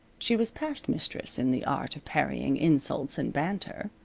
she was past mistress in the art of parrying insults and banter,